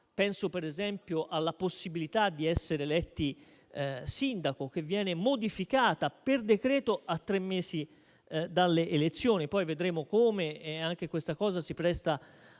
Penso, per esempio, alla possibilità di essere eletti sindaco, che viene modificata per decreto a tre mesi dalle elezioni. Vedremo poi come anche questo si presti a